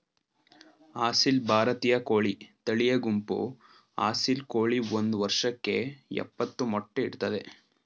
ಅಸೀಲ್ ಭಾರತೀಯ ಕೋಳಿ ತಳಿಯ ಗುಂಪು ಅಸೀಲ್ ಕೋಳಿ ಒಂದ್ ವರ್ಷಕ್ಕೆ ಯಪ್ಪತ್ತು ಮೊಟ್ಟೆ ಇಡ್ತದೆ